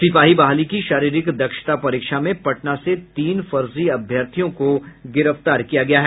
सिपाही बहाली की शारीरिक दक्षता परीक्षा में पटना से तीन फर्जी अभ्यर्थियों को गिरफ्तार किया गया है